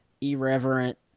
irreverent